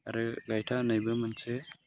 आरो गायथा होननायबो मोनसे